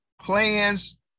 plans